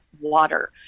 water